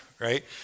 right